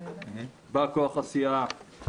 בא כוח הסיעה הוא